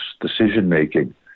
decision-making